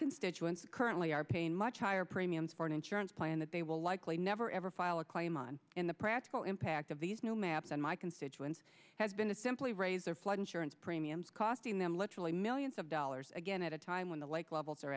constituents currently are paying much higher premiums for an insurance plan that they will likely never ever file a claim on in the practical impact of these new maps and my constituents have been to simply raise their flood insurance premiums costing them literally millions of dollars again at a time when the like levels are